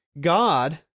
God